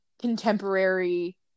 contemporary